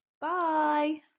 Bye